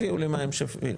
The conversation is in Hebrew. הביאו לי מים שפירים,